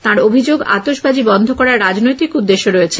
তাঁর অভিযোগ আতশবাজি বন্ধ করার রাজনৈতিক উদ্দেশ্য রয়েছে